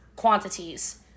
quantities